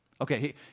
Okay